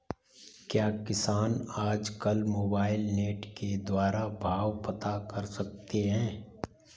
क्या किसान आज कल मोबाइल नेट के द्वारा भाव पता कर सकते हैं?